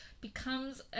becomes